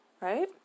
right